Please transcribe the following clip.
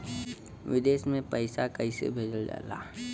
विदेश में पैसा कैसे भेजल जाला?